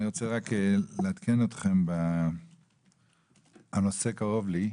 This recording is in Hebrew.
אני רק רוצה לעדכן אתכם: הנושא קרוב לי,